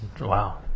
Wow